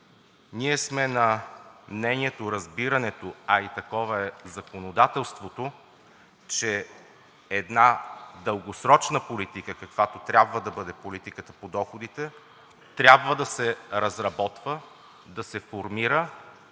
ние сме на мнението, разбирането, а и такова е законодателството, че една дългосрочна политика, каквато трябва да бъде политиката по доходите, трябва да се разработва, да се формира